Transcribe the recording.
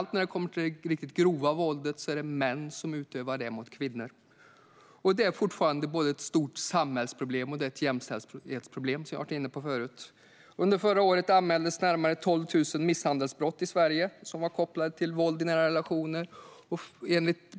När det gäller det riktigt grova våldet är det framför allt män som utövar det mot kvinnor. Det är fortfarande både ett stort samhällsproblem och ett jämställdhetsproblem, som jag har varit inne på förut. Under förra året anmäldes närmare 12 000 misshandelsbrott i Sverige som var kopplade till våld i nära relationer.